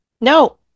No